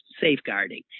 safeguarding